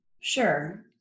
Sure